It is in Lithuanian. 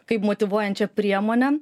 kaip motyvuojančią priemonę